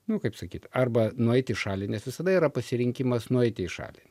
nu kaip sakyt arba nueit į šalį nes visada yra pasirinkimas nueiti į šalį